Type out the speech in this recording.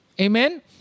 Amen